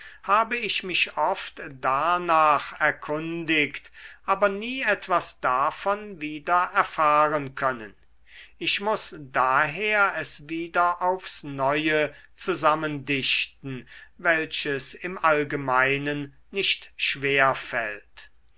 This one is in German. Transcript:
habe ich mich oft darnach erkundigt aber nie etwas davon wieder erfahren können ich muß daher es wieder aufs neue zusammendichten welches im allgemeinen nicht schwer fällt